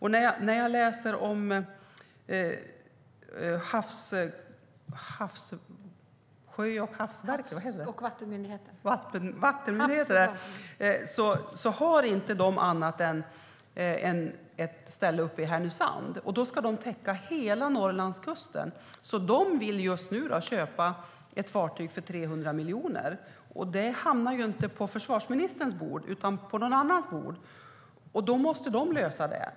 Havs och vattenmyndigheten finns endast på ett ställe i Norrland, i Härnösand, och ska täcka upp hela Norrlandskusten. De vill köpa ett fartyg för 300 miljoner. Det hamnar inte på försvarsministerns bord utan på någon annans bord, och då måste de lösa det.